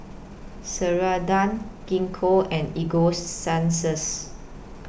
Ceradan Gingko and Ego Sunsense